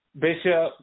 Bishop